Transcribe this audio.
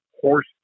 horse